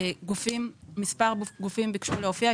מספר גופים ביקשו להופיע.